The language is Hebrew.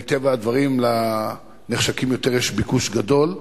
מטבע הדברים לנחשקים יותר יש ביקוש גדול.